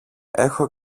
έχω